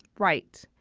right.